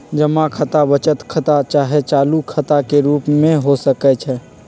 जमा खता बचत खता चाहे चालू खता के रूप में हो सकइ छै